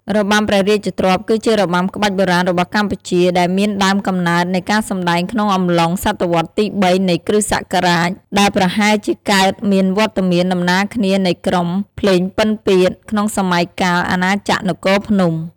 របាំព្រះរាជទ្រព្យ គឺជារបាំក្បាច់បុរាណរបស់កម្ពុជា ដែលមានដើមកំណើតនៃការសម្តែងក្នុងអំឡុងស.វទី៣ នៃគ.សករាជ ដែលប្រហែលជាកើតមានវត្តមានដំណាលគ្នានៃក្រុម ភ្លេងពិណពាទ្យ ក្នុងសម័យកាល អាណាចក្រនគរភ្នំ ។